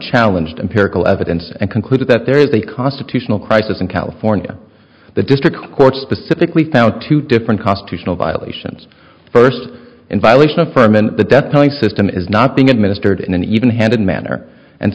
challenge to empirical evidence and concluded that there is a constitutional crisis in california the district court specifically found two different cost to tional violations first in violation of furman the debt ceiling system is not being administered in an even handed manner and